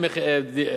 בוודאי,